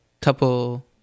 couple